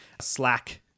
Slack